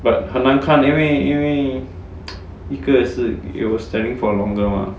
but 很难看因为因为 一个是 it was selling for longer mah